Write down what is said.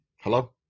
Hello